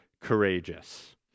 courageous